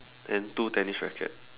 and two tennis rackets